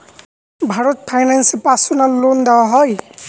Bharat Finance এ personal loan দেওয়া হয়?